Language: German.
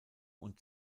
und